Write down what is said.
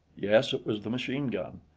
yes, it was the machine-gun.